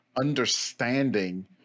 understanding